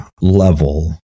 level